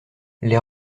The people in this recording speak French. les